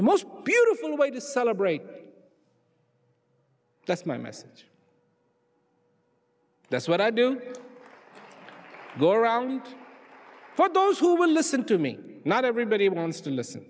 so most beautiful way to celebrate that's my message that's what i do go around for those who will listen to me not everybody wants to listen